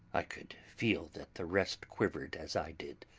i could feel that the rest quivered, as i did,